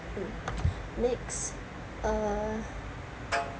um next uh